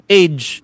age